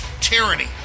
tyranny